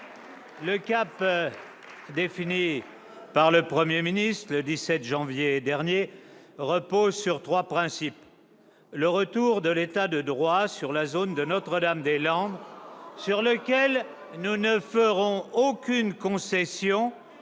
Le cap défini par le Premier ministre le 17 janvier dernier repose sur trois principes. C'est, premièrement, le retour de l'État de droit sur la zone de Notre-Dame-des-Landes, sur lequel nous ne ferons aucune concession,